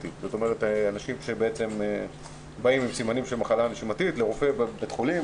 אנשים שבאים עם סימנים של מחלה נשימתית לרופא בבית חולים